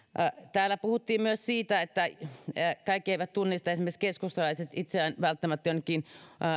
täällä puhuttiin myös siitä että kaikki eivät tunnista esimerkiksi keskustalaiset itseään välttämättä jonnekin